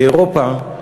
באירופה,